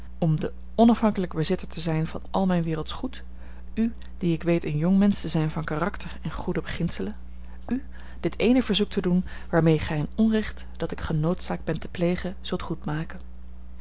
om de onafhankelijke bezitter te zijn van al mijn wereldsch goed u die ik weet een jongmensch te zijn van karakter en goede beginselen u dit eene verzoek te doen waarmee gij een onrecht dat ik genoodzaakt ben te plegen